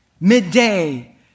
midday